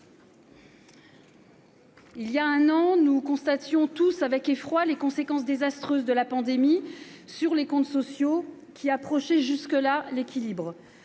Il y a un an, nous constations tous avec effroi les conséquences désastreuses de la pandémie sur les comptes sociaux, qui approchaient jusque-là l'équilibre.